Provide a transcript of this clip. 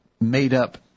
made-up